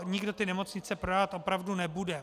Nikdo ty nemocnice prodávat opravdu nebude.